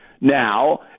now